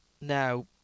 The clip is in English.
now